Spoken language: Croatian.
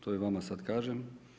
To i vama sad kažem.